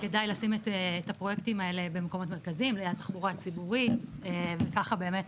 לשים את הפרויקטים האלה במקומות מרכזיים ליד תחבורה ציבורית וככה באמת